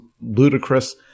ludicrous